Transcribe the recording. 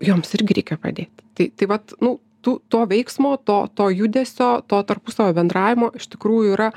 joms irgi reikia pradėt tai tai vat nu tų to veiksmo to to judesio to tarpusavio bendravimo iš tikrųjų yra